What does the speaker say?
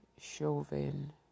Chauvin